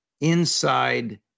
inside